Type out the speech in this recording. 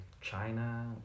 China